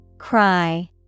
Cry